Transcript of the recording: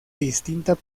distinta